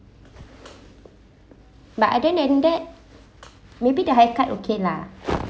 but other than that maybe the hair cut okay lah